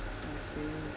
I see